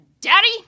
daddy